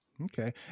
Okay